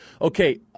okay